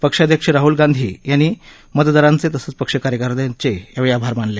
पक्षाध्यक्ष राहल गांधी यांनी मतदारांचे तसंच पक्ष कार्यकर्त्यांचे आभार मानले